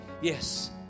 yes